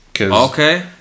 okay